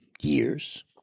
years